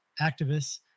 activists